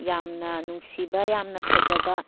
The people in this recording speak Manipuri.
ꯌꯥꯝꯅ ꯅꯨꯡꯁꯤꯕ ꯌꯥꯝꯅ ꯐꯖꯅꯕ